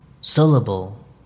syllable